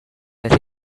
that